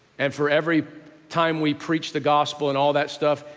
and for every time we preach the gospel and all that stuff,